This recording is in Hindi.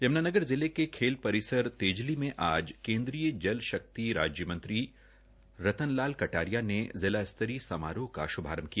यम्नानगर जिले के खेल परिसर तेजली में आज केन्द्रीय जल शक्ति राज्य मंत्री रतन लाल कटारिया ने जिला स्तरीय समारोह का श्भारंभ किया